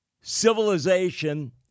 Civilization